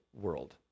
world